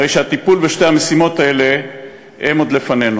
הרי שהטיפול בשתי המשימות האלה עוד לפנינו.